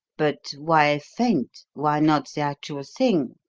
but why a feint? why not the actual thing?